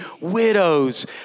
Widows